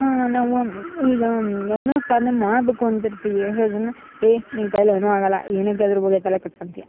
ನಾವು ಈಗ ಏನೊ ಸಾಧ್ನೆ ಮಾಡಬೇಕು ಅಂತಿರ್ತೀವಿ ಎಷ್ಟೊ ಜನ ಎ ನಿನ್ನ ಕೈಲಿ ಏನು ಆಗಲ್ಲ ಏನಿಕ್ಕೆ ಅದ್ರ ಬಗ್ಗೆ ತಲೆ ಕೆಡ್ಸ್ಕಳ್ತೀಯಾ